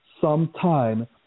Sometime